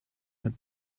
had